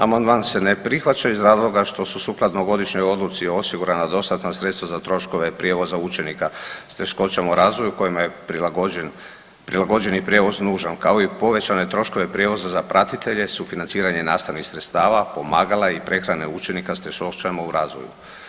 Amandman se ne prihvaća iz razloga što su sukladno godišnjoj odluci osigurana dostatna sredstva za troškove prijevoza učenika s teškoćama u razvoju kojima je prilagođen, prilagođeni prijevoz nužan, kao i povećane troškove prijevoza za pratitelje, sufinanciranje nastavnih sredstava, pomagala i prehrane učenika s teškoćama u razvoju.